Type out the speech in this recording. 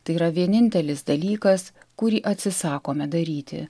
tai yra vienintelis dalykas kurį atsisakome daryti